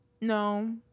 No